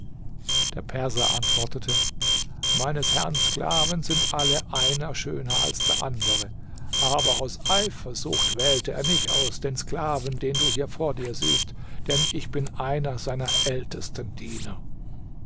der perser antwortete meines herrn sklaven sind alle einer schöner als der andere aber aus eifersucht wählte er mich aus den sklaven den du hier vor dir siehst denn ich bin einer seiner ältesten diener